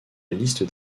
liste